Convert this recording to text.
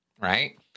Right